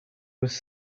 was